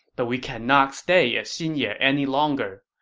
but we cannot stay at xinye any longer.